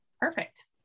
Perfect